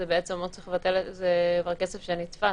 זה כסף שנתפס.